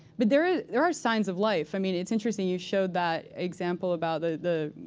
but there are there are signs of life. i mean, it's interesting. you showed that example about the,